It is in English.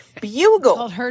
bugle